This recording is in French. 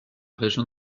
région